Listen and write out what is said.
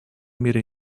мере